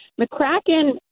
McCracken